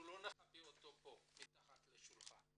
מתחת לשולחן,